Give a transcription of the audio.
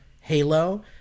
Halo